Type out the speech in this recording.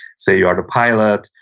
say you are the pilot.